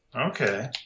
Okay